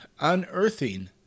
unearthing